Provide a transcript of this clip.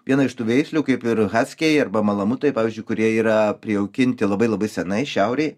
viena iš tų veislių kaip ir haskiai arba malamutai pavyzdžiui kurie yra prijaukinti labai labai senai šiaurėj